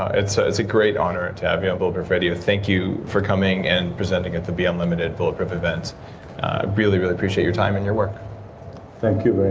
ah it's ah it's a great honor to have you on bulletproof radio. thank you for coming and presenting at the be unlimited bulletproof event. i really, really appreciate your time and your work thank you